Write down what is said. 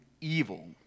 evil